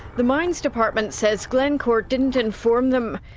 the mines department says glencore didn't inform them.